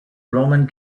roman